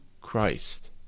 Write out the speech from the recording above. Christ